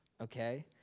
okay